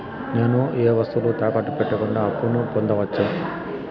నేను ఏ వస్తువులు తాకట్టు పెట్టకుండా అప్పును పొందవచ్చా?